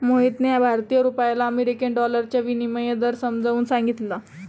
मोहितने भारतीय रुपयाला अमेरिकन डॉलरचा विनिमय दर समजावून सांगितला